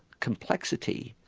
complexity,